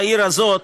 בעיר הזאת,